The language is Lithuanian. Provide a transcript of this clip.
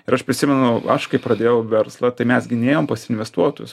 ir aš prisimenu aš kai pradėjau verslą tai mes gi nėjome pas investuotojus